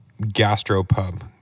gastropub